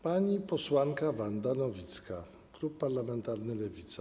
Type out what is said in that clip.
Pani posłanka Wanda Nowicka, klub parlamentarny Lewica.